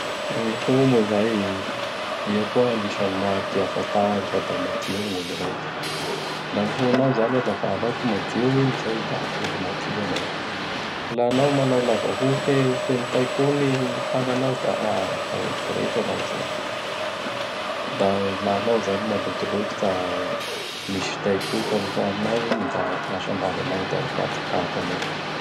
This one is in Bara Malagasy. Gny ho moa izay, io koa agnisan'ny mariky ahafatara fa da madio gn' olo raiky. La gny hohonao izay alavanao ka madio igny izay; da olo-madio anao. K laha anao manao lava hoho ka fe feno tai-koho gny tagnanao; Da aha! Da olo voretra anao izay. Da laha anao izany malotoloto ka misy tai-koho ka nohaninao igny; da lasa ambavanao agny da mivadik kankana ign.